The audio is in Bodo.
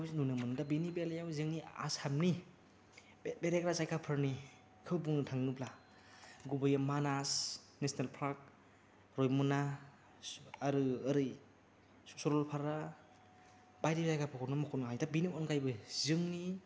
खौ नुनो मोन्दों बिनि बेलायाव जोंनि आसामनि बेरायग्रा जायगाफोरनिखौ बुंनो थाङोब्ला गुबैयै मानास नेसनेल पार्क रायमना आरो ओरै सरलपारा बायदि जायगाफोरखौ मख'नो हायो दा बिनि अनगायैबो जोंनि